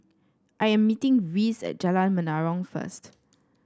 I am meeting Reece at Jalan Menarong first